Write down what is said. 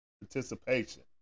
participation